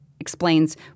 explains